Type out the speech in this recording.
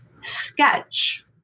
sketch